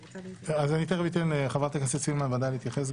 אני תיכף אתן לחברת הכנסת סילמן להתייחס,